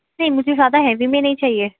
نہیں مجھے زیادہ ہیوی میں نہیں چاہیے